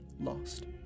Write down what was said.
lost